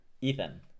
ethan